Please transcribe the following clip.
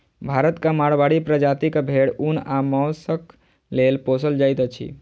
भारतक माड़वाड़ी प्रजातिक भेंड़ ऊन आ मौंसक लेल पोसल जाइत अछि